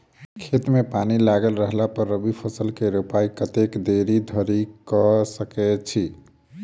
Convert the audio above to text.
खेत मे पानि लागल रहला पर रबी फसल केँ रोपाइ कतेक देरी धरि कऽ सकै छी?